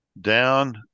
Down